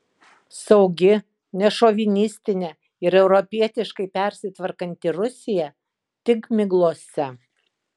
saugi nešovinistinė ir europietiškai persitvarkanti rusija tik miglose